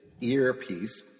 earpiece